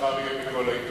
מחר זה יהיה בכל העיתונים,